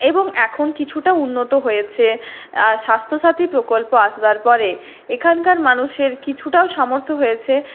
এবং এখন কিছুটা উন্নত হয়েছে স্বাস্থ্যসাথী প্রকল্প আসবার পরে এখানকার মানুষের কিছুটাও সামর্থ্য হয়েছে যে